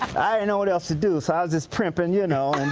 i didn't know what else to do. i was just prim but and you know